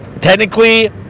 Technically